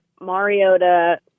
Mariota